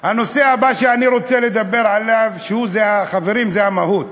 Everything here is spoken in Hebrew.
הבא שאני רוצה לדבר עליו, חברים, זה המהות.